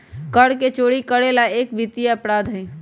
कर के चोरी करे ला एक वित्तीय अपराध हई